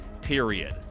period